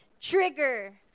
trigger